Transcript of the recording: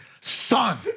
son